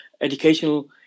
educational